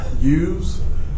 use